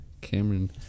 Cameron